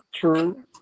True